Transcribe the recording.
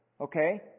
Okay